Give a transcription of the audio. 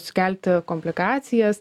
sukelti komplikacijas